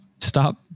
Stop